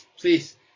please